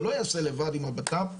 זה לא יעשה לבד עם הבט"פ,